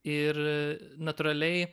ir natūraliai